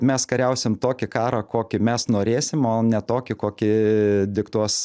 mes kariausim tokį karą kokį mes norėsim o ne tokį kokį diktuos